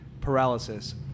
paralysis